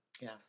Yes